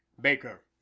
baker